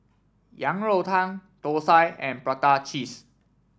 Yang Rou Tang Thosai and Prata Cheese